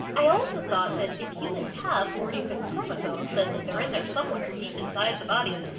i also thought that if humans have forty six chromosomes, then they're in there somewhere, deep inside the body.